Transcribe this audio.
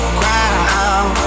ground